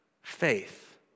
faith